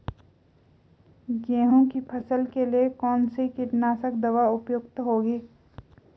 गेहूँ की फसल के लिए कौन सी कीटनाशक दवा उपयुक्त होगी?